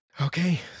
Okay